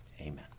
Amen